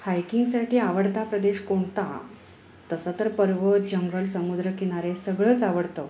हायकिंगसाठी आवडता प्रदेश कोणता तसं तर पर्वत जंगल समुद्रकिनारे सगळंच आवडतं